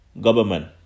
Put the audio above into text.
government